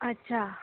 अच्छा